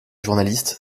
journaliste